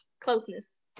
closeness